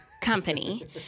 company